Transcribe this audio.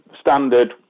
standard